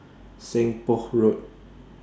Seng Poh Road